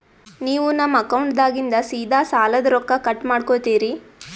ನೀವು ನಮ್ಮ ಅಕೌಂಟದಾಗಿಂದ ಸೀದಾ ಸಾಲದ ರೊಕ್ಕ ಕಟ್ ಮಾಡ್ಕೋತೀರಿ?